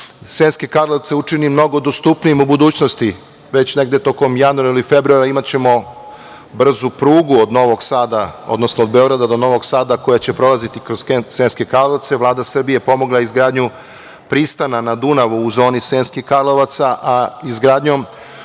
Sremske Karlovce učini mnogo dostupnijim u budućnosti. Već negde tokom januara ili februara imaćemo brzu prugu od Novog Sada, odnosno od Beograda do Novog Sada, koja će prolaziti kroz Sremske Karlovce. Vlada Srbije pomogla je izgradnju pristana na Dunavu, u zoni Sremskih Karlovaca, a izgradnjom